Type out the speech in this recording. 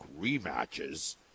rematches